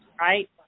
Right